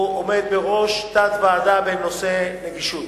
עומד בראש תת-ועדה בנושא נגישות.